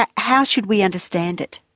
ah how should we understand it?